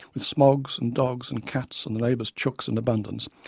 with smogs and dogs, and cats and the neighbours' chooks in abundance,